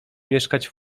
mieszkać